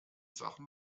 sachen